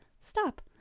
stop